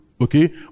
okay